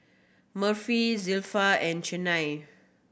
Murphy Zilpha and Chynna